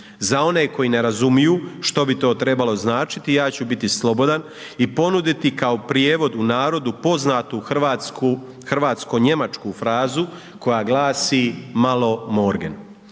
Za one koji ne razumiju što bi to trebalo značiti, ja ću biti slobodan i ponuditi kao prijevod u narodu poznatu hrvatsko-njemačku frazu koja glasi „malo morgen“.